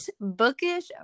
Bookish